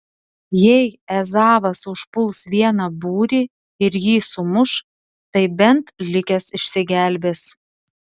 jei ezavas užpuls vieną būrį ir jį sumuš tai bent likęs išsigelbės